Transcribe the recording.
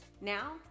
Now